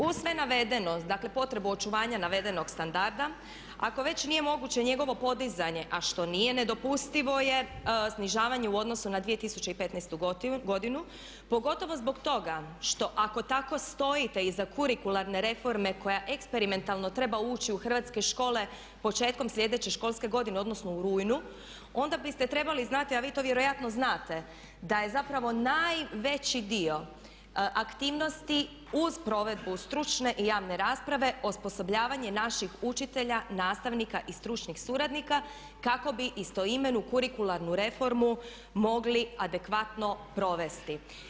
Uz sve navedeno, dakle potrebu očuvanja navedenog standarda, ako već nije moguće njegovo podizanje, a što nije, nedopustivo je snižavanje u odnosu na 2015. godinu pogotovo zbog toga što ako tako stojite iza kurikularne reforme koja eksperimentalno treba ući u hrvatske škole početkom sljedeće školske godine odnosno u rujnu onda biste trebali znati, a vi to vjerojatno znate, da je zapravo najveći dio aktivnosti uz provedbu stručne i javne rasprave osposobljavanje naših učitelja, nastavnika i stručnih suradnika kako bi istoimenu kurikularnu reformu mogli adekvatno provesti.